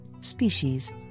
species